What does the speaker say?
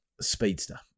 speedster